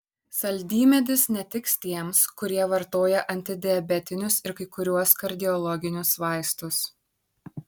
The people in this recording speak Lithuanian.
saldymedis netiks tiems kurie vartoja antidiabetinius ir kai kuriuos kardiologinius vaistus